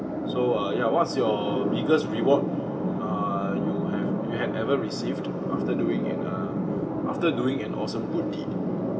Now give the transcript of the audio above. so uh yeah what's your biggest reward err you have had ever received after doing in uh after doing an awesome good deed